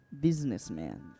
businessman